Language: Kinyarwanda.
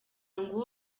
ngo